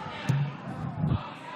זה